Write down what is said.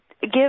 give